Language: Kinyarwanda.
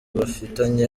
bafitanye